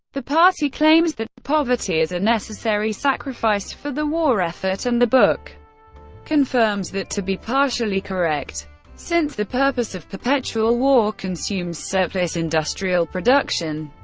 the party claims that poverty is a necessary sacrifice for the war effort, and the book confirms that to be partially correct since the purpose of perpetual war consumes surplus industrial production.